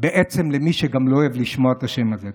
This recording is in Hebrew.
בעצם למי שגם לא אוהב לשמוע את השם הזה.